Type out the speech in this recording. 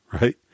right